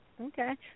Okay